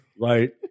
Right